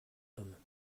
pomme